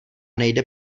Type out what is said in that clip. nejde